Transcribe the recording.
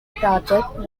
project